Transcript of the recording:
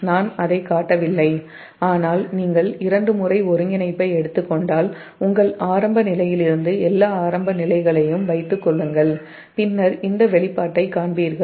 நான் அதைக் காட்டவில்லை ஆனால் நீங்கள் இரண்டு முறை ஒருங்கிணைப்பை எடுத்துக் கொண்டால் உங்கள் ஆரம்ப நிலையிலிருந்து எல்லா ஆரம்ப நிலைகளையும் வைத்துக்கொள்ளுங்கள் பின்னர் இந்த வெளிப்பாட்டைக் காண்பீர்கள்